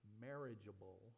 marriageable